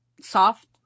soft